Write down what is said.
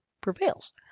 prevails